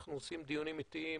אנחנו עושים דיונים עיתיים,